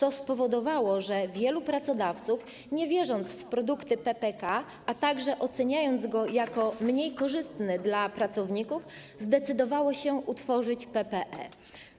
To spowodowało, że wielu pracodawców, nie wierząc w produkty PPK, a także oceniając je jako mniej korzystne dla pracowników, zdecydowało się utworzyć PPE.